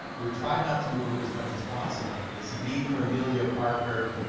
we try not to move it as much as possible. it's the cornelia parker,